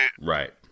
Right